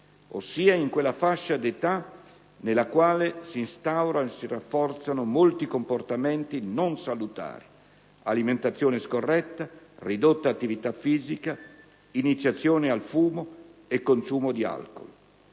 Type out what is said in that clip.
ossia in quella fascia di età nella quale si instaurano e si rafforzano molti comportamenti non salutari: alimentazione scorretta, ridotta attività fisica, iniziazione al fumo e consumo di alcool.